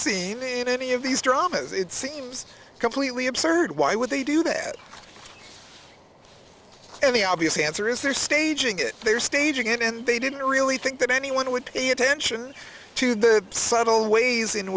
scene in any of these dramas it seems completely absurd why would they do that in the obvious answer is they're staging it they're staging it and they didn't really think that anyone would pay attention to the subtle ways in